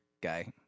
guy